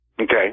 Okay